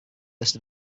list